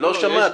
לא שמעת?